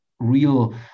real